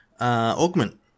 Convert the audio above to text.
augment